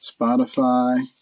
Spotify